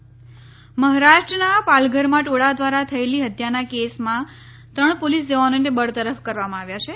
પાલઘર હત્યા કેસ મહારાષ્ટ્રના પાલઘરમાં ટોળા દ્વારા થયેલી હત્યાના કેસમાં ત્રણ પોલીસ જવાનોને બરતરફ કરવામાં આવ્યા છે